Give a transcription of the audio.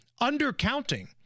undercounting